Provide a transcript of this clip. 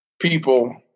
people